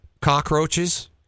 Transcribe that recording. cockroaches